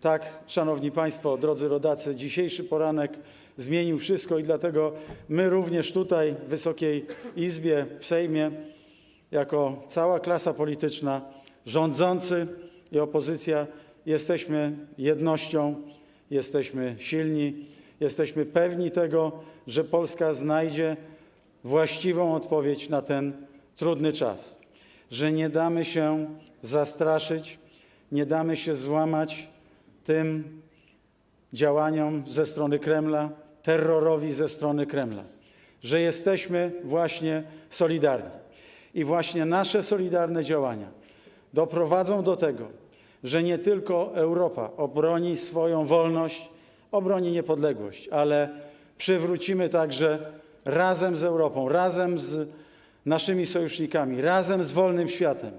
Tak, szanowni państwo, drodzy rodacy, dzisiejszy poranek zmienił wszystko, dlatego my również tutaj, w Wysokiej Izbie, w Sejmie, jako cała klasa polityczna, rządzący i opozycja, jesteśmy jednością, jesteśmy silni, jesteśmy pewni tego, że Polska znajdzie właściwą odpowiedź na ten trudny czas, że nie damy się zastraszyć, nie damy się złamać tym działaniom ze strony Kremla, terrorowi ze strony Kremla, że jesteśmy solidarni i właśnie nasze solidarne działania nie tylko doprowadzą do tego, że Europa obroni swoją wolność, obroni niepodległość, ale także przywrócimy razem z Europą, razem z naszymi sojusznikami, razem z wolnym światem